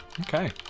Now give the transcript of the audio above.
Okay